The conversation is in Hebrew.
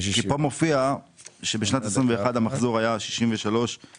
כאן מופיע שבשנת 2021 המחזור היה 63,649